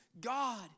God